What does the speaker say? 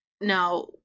Now